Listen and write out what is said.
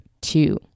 two